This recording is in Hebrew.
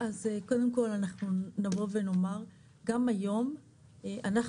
אז קודם כל אנחנו נבוא ונאמר גם היום אנחנו